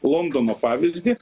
londono pavyzdį